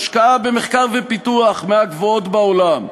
השקעה במחקר ופיתוח מהגבוהות בעולם.